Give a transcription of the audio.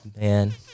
man